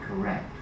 correct